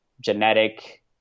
genetic